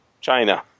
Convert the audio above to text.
China